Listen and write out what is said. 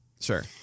Sure